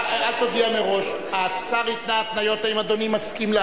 הודעתי מראש שאני מסכים.